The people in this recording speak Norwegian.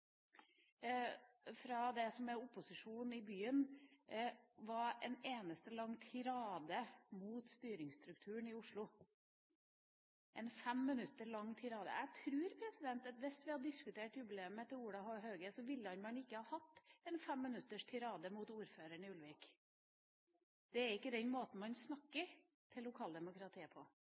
fem minutter lang tirade. Jeg tror at hvis vi hadde diskutert jubileet til Olav H. Hauge, ville man ikke hatt en fem minutters tirade mot ordføreren i Ulvik. Det er ikke den måten man snakker til lokaldemokratiet på.